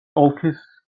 ოლქის